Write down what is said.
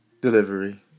delivery